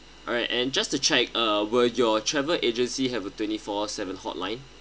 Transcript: alright and just to check uh will your travel agency have a twenty four seven hotline